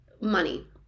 money